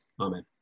amen